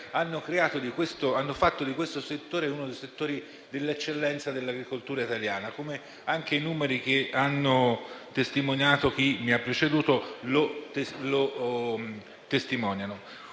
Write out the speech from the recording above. hanno fatto di questo settore uno dei settori di eccellenza dell'agricoltura italiana, come anche i numeri indicati da coloro che mi hanno preceduto testimoniano.